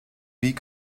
wie